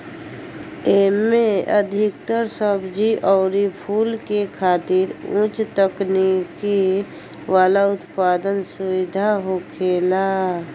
एमे अधिकतर सब्जी अउरी फूल खातिर उच्च तकनीकी वाला उत्पादन सुविधा होखेला